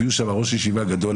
הביאו לשם ראש ישיבה גדול,